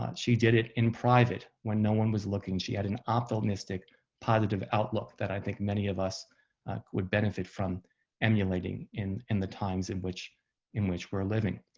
um she did it in private. when no one was looking, she had an optimistic positive outlook that i think many of us would benefit from emulating in in the times in which in which we're living.